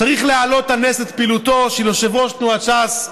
צריך להעלות על נס את פעילותו של יושב-ראש תנועת ש"ס,